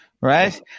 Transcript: Right